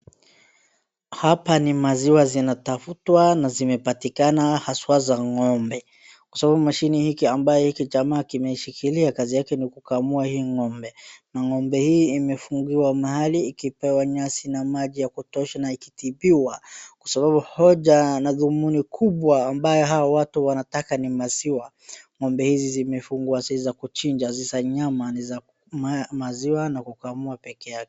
Hapa ni maziwa zinatafutwa na zimepatikana haswa za ng'ombe. Kwa sababu mashini hiki ambayo kijamaa kimeshikilia kazi yake ni kukamua hii ng'ombe. Na ng'ombe hii imefungiwa mahali ikipewa nyasi na maji ya kutosha na ikitibiwa. Kwa sababu hoja na dhumuni kubwa ambayo hawa watu wanataka ni maziwa. Ng'ombe hizi zimefungwa si za kuchinja, si za nyama, ni za maziwa na kukamua pekee yake.